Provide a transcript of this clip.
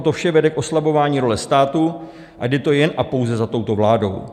To vše vede k oslabování role státu a jde to jen a pouze za touto vládou.